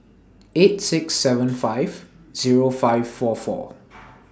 eight six seven five Zero five four four